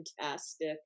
fantastic